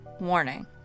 warning